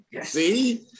see